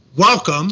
Welcome